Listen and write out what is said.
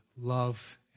love